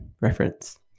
reference